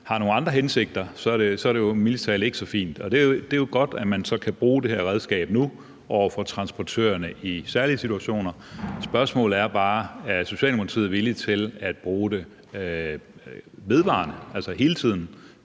har nogle andre hensigter, så er det jo mildest talt ikke så fint. Og det er jo godt, at man så nu kan bruge det her redskab over for transportørerne i særlige situationer. Spørgsmålet er bare, om Socialdemokratiet er villige til at bruge det vedvarende, altså hele tiden.